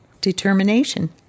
determination